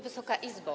Wysoka Izbo!